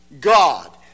God